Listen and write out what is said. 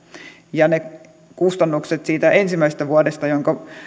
ja kustannukset siitä ensimmäisestä vuodesta jonka